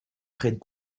prennent